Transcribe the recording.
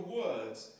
words